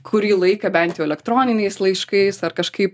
kurį laiką bent jau elektroniniais laiškais ar kažkaip